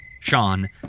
Sean